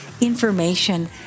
information